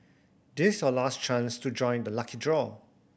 this your last chance to join the lucky draw